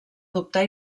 dubtar